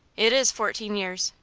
it is fourteen years.